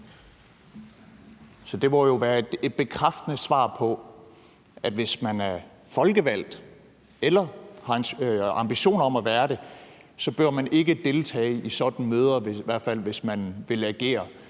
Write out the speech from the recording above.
det må jo være et bekræftende svar på, at hvis man er folkevalgt eller har en ambition om at være det, behøver man ikke deltage i sådanne møder, i hvert